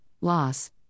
loss